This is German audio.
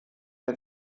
der